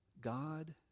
God